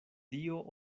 dio